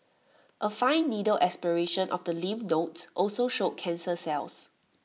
A fine needle aspiration of the lymph nodes also showed cancer cells